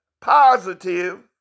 positive